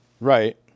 right